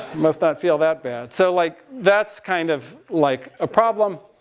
must not feel that bad. so, like, that's kind of. like a problem.